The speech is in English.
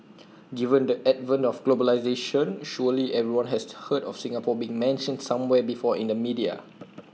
given the advent of globalisation surely everyone has heard of Singapore being mentioned somewhere before in the media